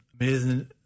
amazing